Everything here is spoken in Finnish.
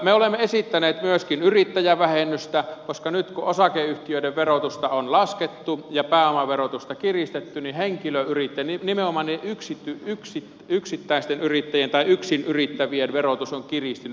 me olemme esittäneet myöskin yrittäjävähennystä koska nyt kun osakeyhtiöiden verotusta on laskettu ja pääomaverotusta kiristetty niin henkilöyrittäjien nimenomaan yksittäisten yrittäjien tai yksin yrittävien verotus on kiristynyt